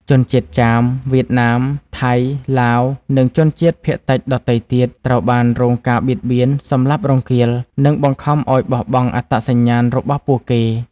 ជនជាតិចាម វៀតណាម ថៃ ឡាវ និងជនជាតិភាគតិចដទៃទៀត ត្រូវបានរងការបៀតបៀន សម្លាប់រង្គាល និងបង្ខំឱ្យបោះបង់អត្តសញ្ញាណរបស់ពួកគេ។